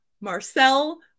Marcel